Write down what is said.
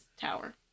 tower